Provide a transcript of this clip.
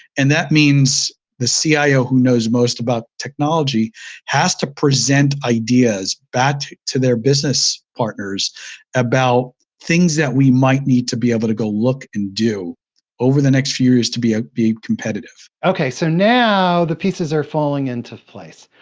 and that means the cio ah who knows most about technology has to present ideas back to their business partners about things that we might need to be able to go look and do over the next few years to be ah be competitive. okay, so now the pieces are falling into place.